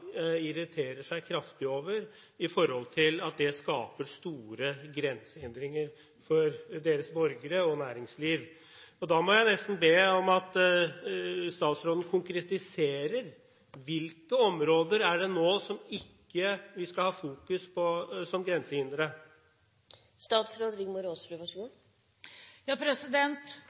seg kraftig over på grunn av at dette skaper store grensehindringer for deres borgere og næringsliv. Da må jeg nesten be om at statsråden konkretiserer: Hvilke områder er det vi nå ikke skal ha fokus på som